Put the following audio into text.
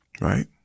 Right